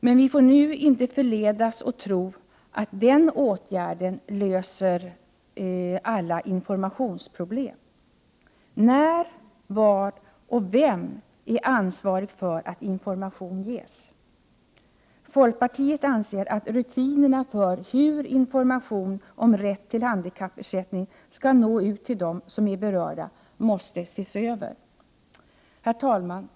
Men vi får nu inte förledas att tro att denna åtgärd löser alla informationsproblem. När skall information ges, var skall den ges och vem är ansvarig för att den ges? Folkpartiet anser att rutinerna för hur information om rätt till handikappersättning skall nå ut till dem som är berörda måste ses över. Herr talman!